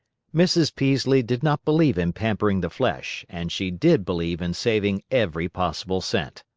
mrs. peaslee did not believe in pampering the flesh, and she did believe in saving every possible cent.